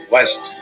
West